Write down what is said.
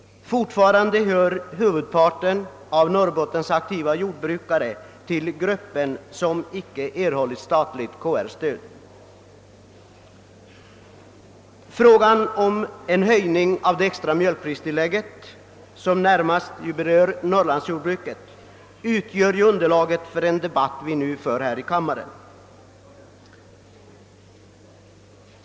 Fortfarande hör huvudparten av Norrbottens aktiva jordbrukare till den grupp som icke erhållit statligt stöd. Frågan om en höjning av det extra mjölkpristillägget, som närmast berör norrlandsjordbruket, utgör underlaget för den debatt vi nu för här i kammaren.